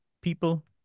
people